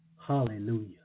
Hallelujah